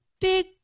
Big